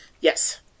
Yes